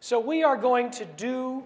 so we are going to do